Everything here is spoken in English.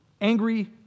angry